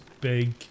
big